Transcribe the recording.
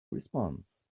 response